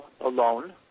alone